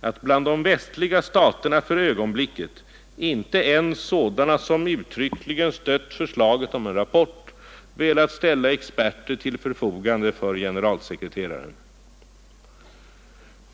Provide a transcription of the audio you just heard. att bland de västliga staterna för ögonblicket inte ens sådana som uttryckligen stött förslaget om en rapport velat ställa experter till förfogande för generalsekreteraren.